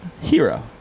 Hero